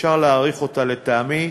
אפשר להאריך אותה, לטעמי,